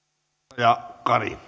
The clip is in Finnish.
arvoisa